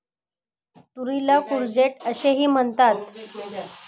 तुरीला कूर्जेट असेही म्हणतात